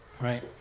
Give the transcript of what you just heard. Right